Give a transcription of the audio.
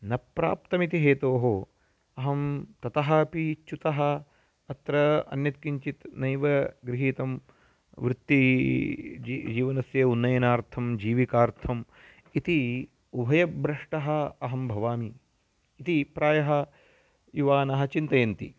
न प्राप्तमिति हेतोः अहं ततः अपि च्युतः अत्र अन्यत् किञ्चित् नैव गृहीतं वृत्तिजीवनस्य उन्नयनार्थं जीविकार्थम् इति उभयभ्रष्टः अहं भवामि इति प्रायः युवानः चिन्तयन्ति